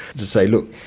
to say, look,